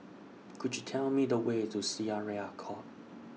Could YOU Tell Me The Way to Syariah Court